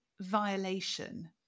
violation